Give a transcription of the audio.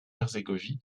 herzégovine